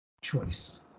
choice